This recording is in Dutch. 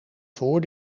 voor